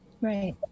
right